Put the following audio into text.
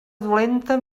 dolenta